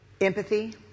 Empathy